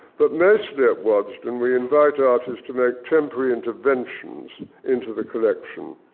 but mostly at waddesdon, we invite artists to make temporary interventions into the collection.